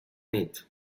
nit